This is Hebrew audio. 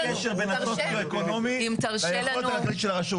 אין קשר בין הסוציו-אקונומי ליכולת הכלכלית של הרשות.